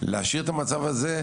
להשאיר את המצב הזה,